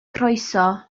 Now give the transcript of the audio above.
croeso